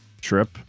trip